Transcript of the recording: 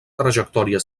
trajectòria